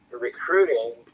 recruiting